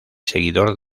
seguidor